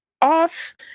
off